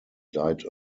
died